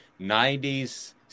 90s